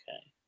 okay